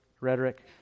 rhetoric